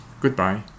Goodbye